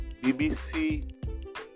BBC